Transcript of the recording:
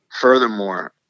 furthermore